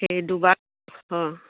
সেই দুবাৰ অঁ